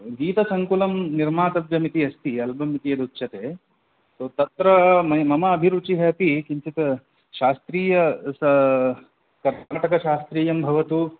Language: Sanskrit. गीतसङ्कुलं निर्मातव्यमिति अस्ति अल्बम् इति यदुच्यते तत्र मम अभिरुचिः अपि किञ्चित् शास्त्रीय स कर्णाटकशास्त्रीयं भवतु